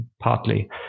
partly